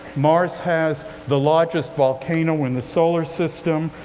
mars has the largest volcano in the solar system,